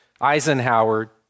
Eisenhower